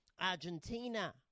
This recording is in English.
Argentina